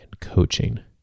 coaching